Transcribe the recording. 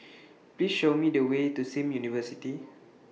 Please Show Me The Way to SIM University